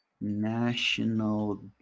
National